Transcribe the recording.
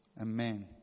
Amen